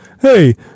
hey